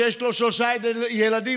שיש לו שלושה ילדים,